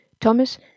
Thomas